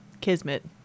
Kismet